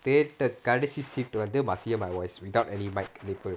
theatre கடைசி:kadaisi seat வந்து:vanthu must hear my voice without any microphone lapel